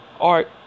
art